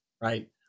right